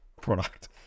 product